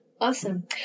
Awesome